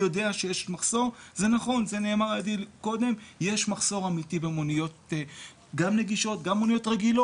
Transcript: דיון מהיר בנושא מחסור במוניות נגישות לנכים של חבר הכנסת אורי מקלב,